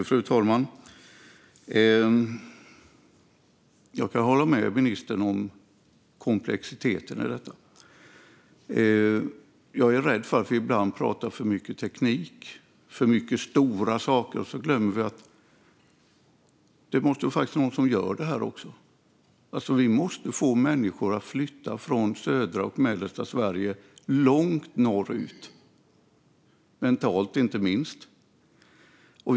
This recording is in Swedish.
Fru talman! Jag kan hålla med ministern om komplexiteten i detta. Jag är rädd att vi ibland pratar för mycket teknik, för mycket stora saker, och glömmer att det också måste vara någon som faktiskt gör det här. Vi måste få människor att flytta från södra och mellersta Sverige långt norrut, inte minst mentalt.